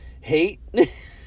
hate